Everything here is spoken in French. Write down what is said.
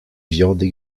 viandes